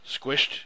squished